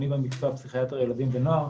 אני במקצוע פסיכיאטר ילדים ונוער,